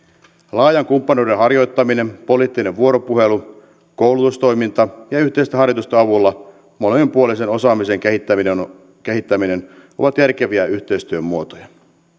laajan kumppanuuden harjoittaminen poliittinen vuoropuhelu koulutustoiminta ja yhteisten harjoitusten avulla molemminpuolisen osaamisen kehittäminen ovat järkeviä yhteistyön muotoja